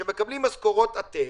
שמקבלים משכורות עתק.